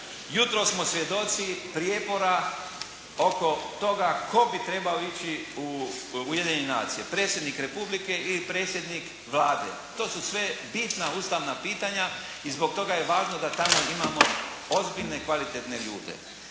Jutros smo svjedoci prijepora oko toga tko bi trebao ići u Ujedinjene nacije, Predsjednik Republike ili predsjednik Vlade? To su sve bitna ustavna pitanja i zbog toga je važno da tamo imamo ozbiljne i kvalitetne ljude.